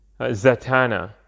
Zatanna